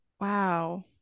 Wow